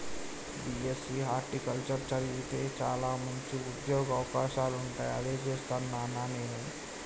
BSc horticulture చదివితే చాల మంచి ఉంద్యోగ అవకాశాలుంటాయి అదే చేస్తాను నానా నేను